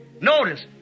Notice